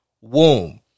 Womb